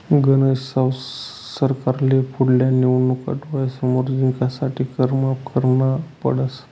गनज साव सरकारले पुढल्या निवडणूका डोळ्यासमोर जिंकासाठे कर माफ करना पडस